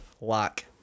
lock